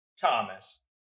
Thomas